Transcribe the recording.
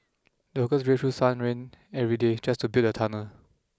the workers braved through sun and rain every day just to build the tunnel